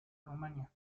rumania